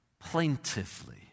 plaintively